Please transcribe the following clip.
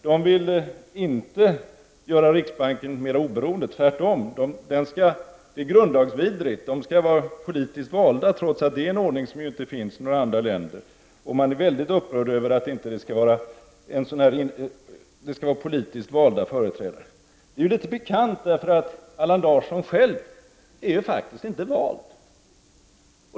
De vill inte göra riksbanken mer oberoende, det är tvärtom grundlagsvidrigt. Företrädarna för riksbanken skall vara politiskt valda, trots att det är en ordning som inte finns i några andra länder. Man är inom LO väldigt upprörd över tanken att det inte skulle vara politiskt valda företrädare i riksbanken. Detta är ju litet pikant, eftersom Allan Larsson själv faktiskt inte är vald.